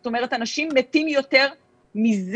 זאת אומרת אנשים מתים יותר מזה.